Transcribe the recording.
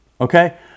okay